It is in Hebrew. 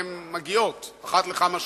הן מגיעות אחת לכמה שנים,